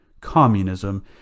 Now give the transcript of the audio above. Communism